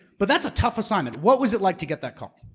but that's a tough assignment. what was it like to get that call?